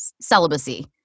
celibacy